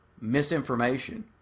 misinformation